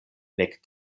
nek